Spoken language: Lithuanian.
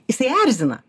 jisai erzina